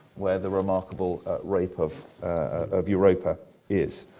where the remarkable rape of of europa is.